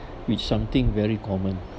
which something very common